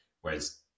whereas